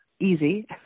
easy